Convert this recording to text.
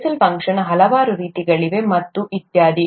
ಬೆಸೆಲ್ಸ್ function function ಹಲವಾರು ರೀತಿಗಳಿವೆ ಮತ್ತು ಇತ್ಯಾದಿ